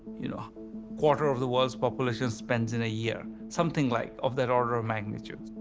you know, a quarter of the world's population spends in a year. something like, of that order of magnitude.